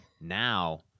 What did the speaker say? Now